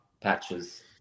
patches